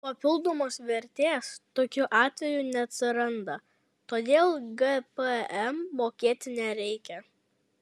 papildomos vertės tokiu atveju neatsiranda todėl gpm mokėti nereikia